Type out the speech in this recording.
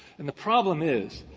and the problem is,